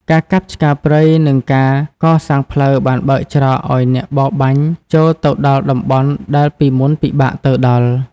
ការកាប់ឆ្ការព្រៃ និងការកសាងផ្លូវបានបើកច្រកឱ្យអ្នកបរបាញ់ចូលទៅដល់តំបន់ដែលពីមុនពិបាកទៅដល់។